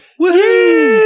Woohoo